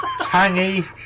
tangy